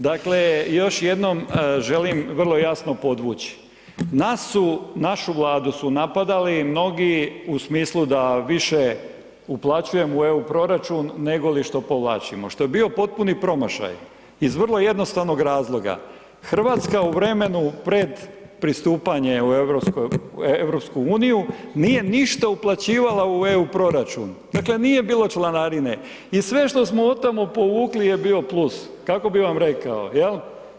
Dakle, još jednom želim vrlo jasno podvući, našu Vladu su napadali mnogi u smislu da više uplaćujemo u EU proračun, nego li što povlačimo, što je bio potpuni promašaj iz vrlo jednostavnog razloga, RH u vremenu pred pristupanje u EU nije ništa uplaćivala u EU proračun, dakle, nije bilo članarine i sve što smo otamo povukli je bio plus, kako bi vam rekao, jel?